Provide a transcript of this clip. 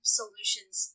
solutions